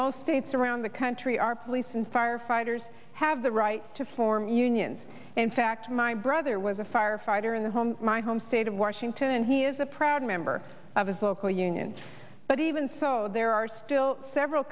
most states around the country are police and firefighters have the right to form unions in fact my brother was a firefighter in the home my home state of washington and he is a proud member of his local union but even so there are still several